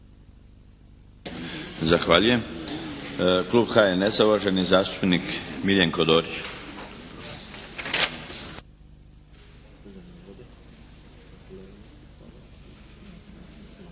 Zahvaljujem. Klub HNS-a, uvaženi zastupnik Miljenko Dorić.